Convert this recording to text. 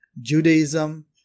Judaism